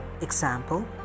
example